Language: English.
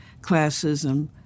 classism